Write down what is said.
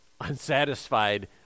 unsatisfied